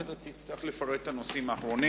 אם תצטרך לפרט את הנושאים האחרונים.